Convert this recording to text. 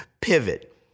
Pivot